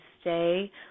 stay